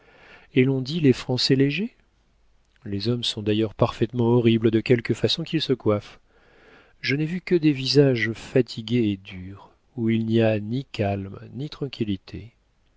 et l'on dit les français légers les hommes sont d'ailleurs parfaitement horribles de quelque façon qu'ils se coiffent je n'ai vu que des visages fatigués et durs où il n'y a ni calme ni tranquillité